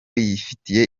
yifitiye